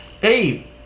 Hey